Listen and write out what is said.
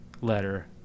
letter